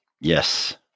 yes